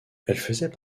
faisait